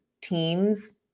teams